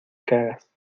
cagas